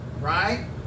right